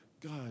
God